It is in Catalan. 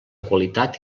qualitat